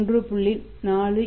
1